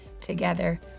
together